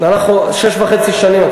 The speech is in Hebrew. שש וחצי שנים.